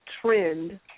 trend